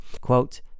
Quote